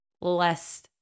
less